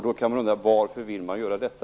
Då kan man undra varför ni vill göra detta.